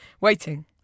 Waiting